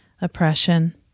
oppression